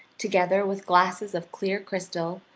together with glasses of clear crystal,